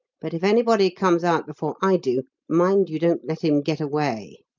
but if anybody comes out before i do, mind you don't let him get away.